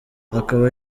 akaba